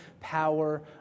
power